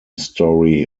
story